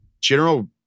general